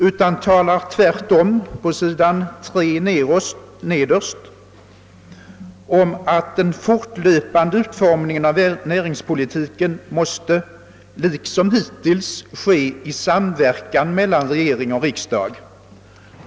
Tvärtom talar utskottet nederst på s. 3 i utlåtandet om att den fortlö pande utformningen av näringspolitiken liksom hittills måste ske i samverkan mellan regering och riksdag.